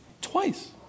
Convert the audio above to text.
Twice